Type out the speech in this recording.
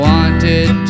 Wanted